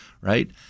right